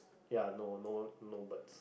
ya no no no birds